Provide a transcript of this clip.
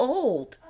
old